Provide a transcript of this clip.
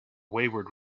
wayward